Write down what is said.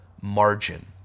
margin